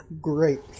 Great